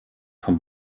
von